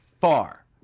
far